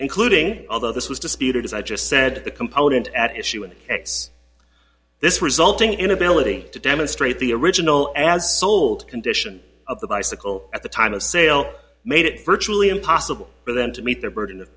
including although this was disputed as i just said the component at issue in this resulting inability to demonstrate the original as sold condition of the bicycle at the time of sale made it virtually impossible for them to meet their burden of